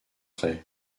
ray